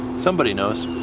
somebody knows.